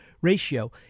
ratio